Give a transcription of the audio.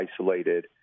isolated